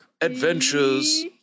adventures